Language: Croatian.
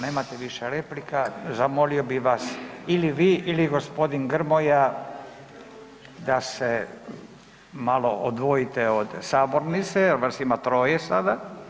Nemate više replika, zamolio bi vas, ili vi ili g. Grmoja da se malo odvojite od sabornice jer vas ima troje sada.